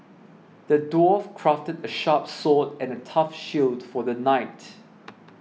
the dwarf crafted a sharp sword and a tough shield for the knight